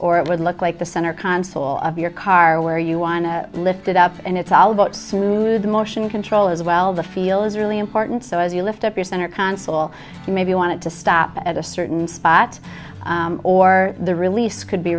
or it would look like the center console of your car where you want to lift it up and it's all about smooth motion control as well the feel is really important so as you lift up your center console maybe you want to stop at a certain spot or the release could be